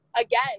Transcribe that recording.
again